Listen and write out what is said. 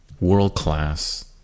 world-class